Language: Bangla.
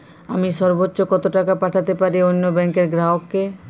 আমি সর্বোচ্চ কতো টাকা পাঠাতে পারি অন্য ব্যাংকের গ্রাহক কে?